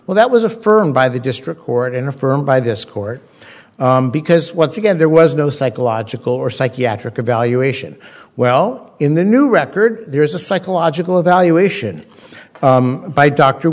well that was affirmed by the district court in affirmed by this court because once again there was no psychological or psychiatric evaluation well in the new record there is a psychological evaluation by d